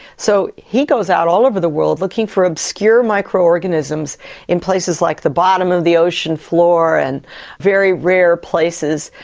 so he goes out all over the world looking for obscure microorganisms in places like the bottom of the ocean floor and very rare places,